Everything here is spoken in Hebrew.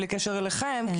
בלי קשר אליכם,